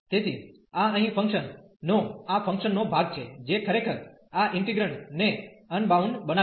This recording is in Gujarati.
તેથી આ અહીં ફંક્શન નો આ ફંક્શન નો ભાગ છે જે ખરેખર આ ઇન્ટિગ્રેન્ડ ને અનબાઉન્ડ બનાવી રહ્યું છે